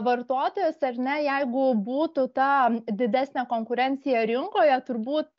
vartotojas ar ne jeigu būtų ta didesnė konkurencija rinkoje turbūt